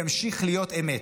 ימשיך להיות אמת.